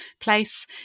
place